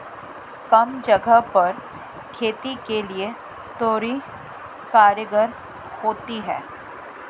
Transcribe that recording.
कम जगह पर खेती के लिए तोरई कारगर होती है